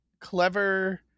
clever